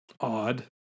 odd